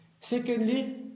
Secondly